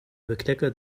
bekleckert